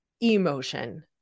emotion